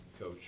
coach